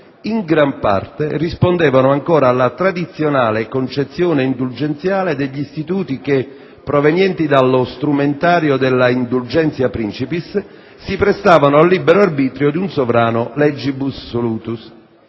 in gran parte, rispondevano ancora alla tradizionale concezione indulgenziale degli istituti che, provenienti dallo strumentario della *indulgentia principis*, si prestavano al libero arbitrio di un sovrano *legibus* *solutus*.